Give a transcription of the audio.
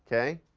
okay?